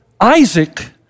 Isaac